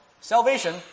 salvation